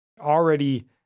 already